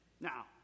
now